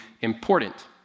important